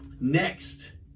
next